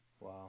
Wow